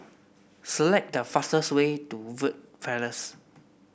select the fastest way to Verde Place